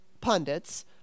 pundits